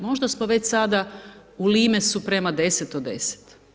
Možda smo već sada u limesu prema 10 od 10.